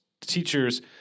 Teachers